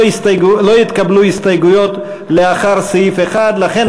לא התקבלו הסתייגויות לאחרי סעיף 1. לכן